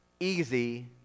Easy